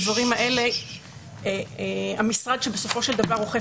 בדברים האלה המשרד שבסופו של דבר אוכף